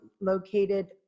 located